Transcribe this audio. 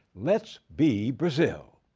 let's be brazil.